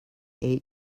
ate